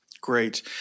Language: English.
Great